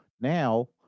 now